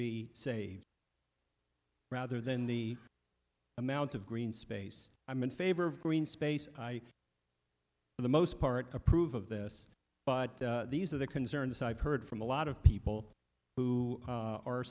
be saved rather than the amount of green space i'm in favor of green space for the most part approve of this but these are the concerns i've heard from a lot of people who